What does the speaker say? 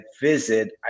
visit